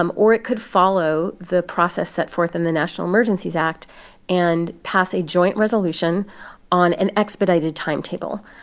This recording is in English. um or it could follow the process set forth in the national emergencies act and pass a joint resolution on an expedited timetable.